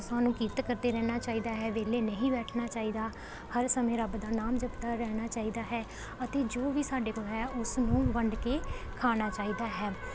ਸਾਨੂੰ ਕਿਰਤ ਕਰਦੇ ਰਹਿਣਾ ਚਾਹੀਦਾ ਹੈ ਵਿਹਲੇ ਨਹੀਂ ਬੈਠਣਾ ਚਾਹੀਦਾ ਹਰ ਸਮੇਂ ਰੱਬ ਦਾ ਨਾਮ ਜਪਦਾ ਰਹਿਣਾ ਚਾਹੀਦਾ ਹੈ ਅਤੇ ਜੋ ਵੀ ਸਾਡੇ ਕੋਲ ਹੈ ਉਸ ਨੂੰ ਵੰਡ ਕੇ ਖਾਣਾ ਚਾਹੀਦਾ ਹੈ